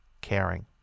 caring